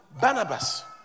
Barnabas